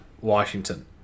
washington